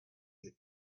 n’est